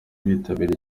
bitabiriye